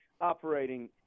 operating